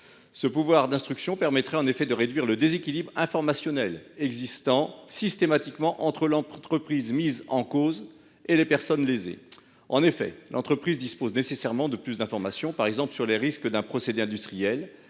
Ce pouvoir d’instruction permettrait de réduire le déséquilibre informationnel qui existe systématiquement entre l’entreprise mise en cause et les personnes lésées. En effet, la première dispose nécessairement de plus d’informations, par exemple sur les risques d’un procédé industriel,